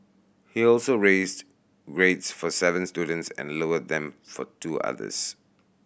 he also raised grades for seven students and lowered them for two others